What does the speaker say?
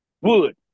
Wood